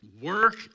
Work